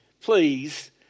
Please